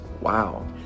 wow